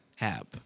app